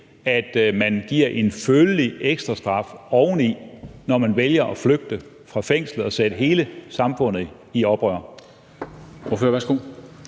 at man giver en følelig ekstrastraf oveni, når vedkommende vælger at flygte fra fængslet og sætte hele samfundet i oprør?